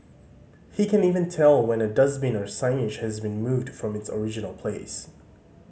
he can even tell when a dustbin or signage has been moved from its original place